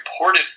reported